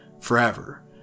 forever